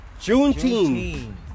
Juneteenth